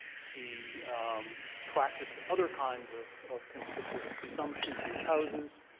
he practiced other kinds of of conspicuous consumption, huge houses.